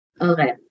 Okay